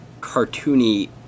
cartoony